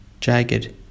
jagged